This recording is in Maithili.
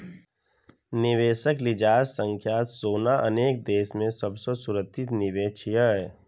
निवेशक लिजाज सं सोना अनेक देश मे सबसं सुरक्षित निवेश छियै